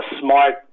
smart